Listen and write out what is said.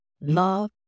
Love